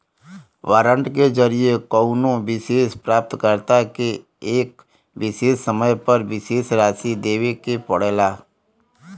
warrant के जरिये कउनो विशेष प्राप्तकर्ता के एक विशेष समय पर विशेष राशि देवे के पड़ला